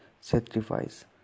sacrifice